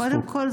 קודם כול,